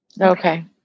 Okay